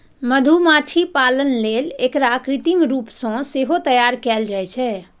मधुमाछी पालन लेल एकरा कृत्रिम रूप सं सेहो तैयार कैल जाइ छै